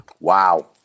Wow